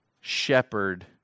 shepherd